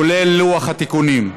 כולל לוח התיקונים.